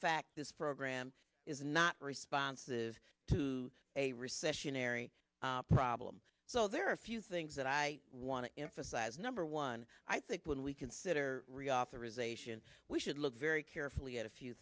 fact this program is not responsive to a recessionary problem so there are a few things that i want to emphasize number one i think when we consider reauthorization we should look very carefully at a few